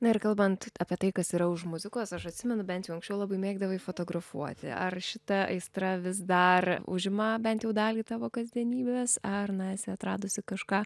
na ir kalbant apie tai kas yra už muzikos aš atsimenu bent jau anksčiau labai mėgdavai fotografuoti ar šita aistra vis dar užima bent jau dalį tavo kasdienybės ar na esi atradusi kažką